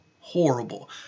Horrible